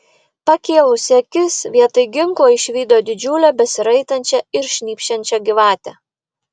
pakėlusi akis vietoj ginklo išvydo didžiulę besiraitančią ir šnypščiančią gyvatę